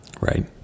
Right